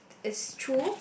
it's true